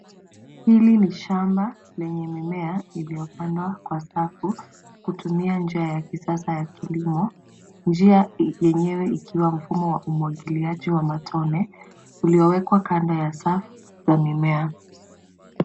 Hili ni shamba lenye mimea iliyopandwa kwa safu, kutumia njia ya kisasa ya kilimo. Njia yenyewe ikia mfumo wa umwagiliaji wa matone, uliowekwa kando ya safu za mimea.